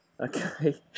Okay